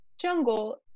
jungle